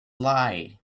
lie